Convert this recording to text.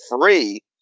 free